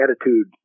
attitude